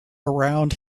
around